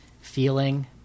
feeling